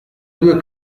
due